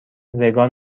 وگان